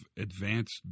advanced